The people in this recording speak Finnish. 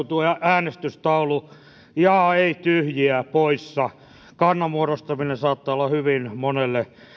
tuo äänestystaulu jaa ei tyhjiä poissa kannan muodostaminen saattaa olla hyvin monelle